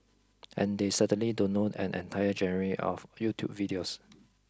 and they certainly don't own an entire genre of YouTube videos